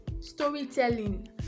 storytelling